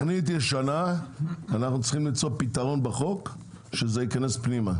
בתוכנית ישנה אנחנו צריכים למצוא פתרון בחוק שזה ייכנס פנימה,